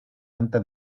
antes